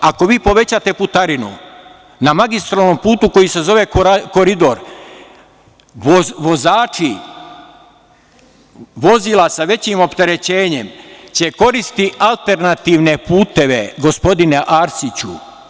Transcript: Ako vi povećate putarinu na magistralnom putu koji se zove koridor vozači vozila sa većim opterećenjem koristiće alternativne puteve, gospodine Arsiću.